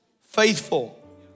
faithful